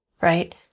right